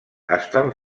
estan